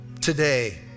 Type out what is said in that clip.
today